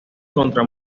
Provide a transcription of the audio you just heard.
contra